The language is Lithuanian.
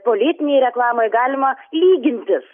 politinėj reklamoj galima lygintis